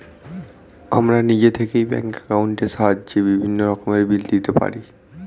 আমরা নিজে থেকেই ব্যাঙ্ক অ্যাকাউন্টের সাহায্যে বিভিন্ন রকমের বিল দিতে পারি